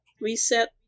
reset